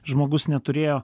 žmogus neturėjo